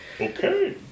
Okay